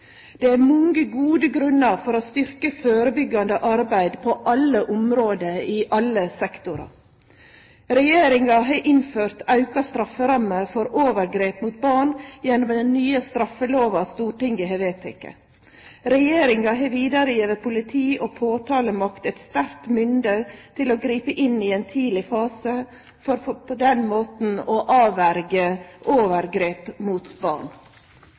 Det er mange gode grunnar for å styrkje førebyggjande arbeid på alle område i alle sektorar. Regjeringa har innført auka strafferamme for overgrep mot barn gjennom den nye straffelova som Stortinget har vedteke. Regjeringa har vidare gjeve politi og påtalemakt eit styrkt mynde til å gripe inn i ein tidleg fase, for på den måten å avverje overgrep mot barn.